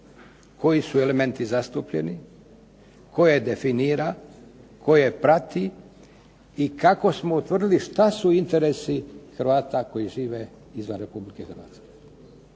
koji su elementi zastupljeni, tko je definira, tko je prati i kako smo utvrdili šta su interesi Hrvata koji žive izvan Republike Hrvatske.